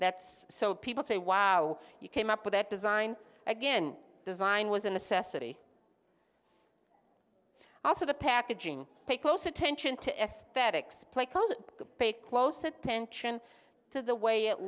that's so people say wow you came up with that design again design was an assessor also the packaging pay close attention to aesthetics play called pay close attention to the way it